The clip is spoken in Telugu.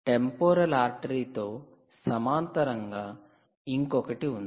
టెంపొరల్ ఆర్టరీ తో సమాంతరంగా ఇంకొకటి ఉంది